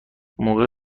موقع